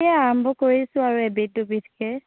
সেয়া আৰম্ভ কৰিছোঁ আৰু এবিধ দুবিধকৈ